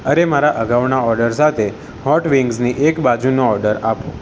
અરે મારા અગાઉના ઓર્ડર સાથે હોટ વિંગ્સની એક બાજુનો ઓર્ડર આપો